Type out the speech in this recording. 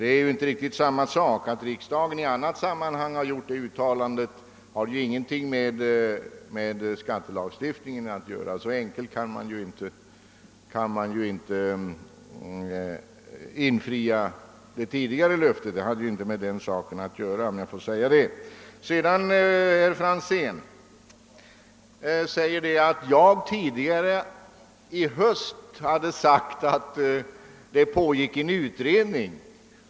Det är inte riktigt samma sak att riksdagen i annat sammanhang gjort uttalandet. Det har ingenting med skattelagstiftningen att göra. Så enkelt kan man inte infria det tidigare löftet. Herr Franzén i Träkumla säger att jag i höstas uppgivit att det pågick en utredning.